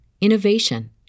innovation